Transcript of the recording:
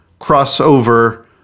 crossover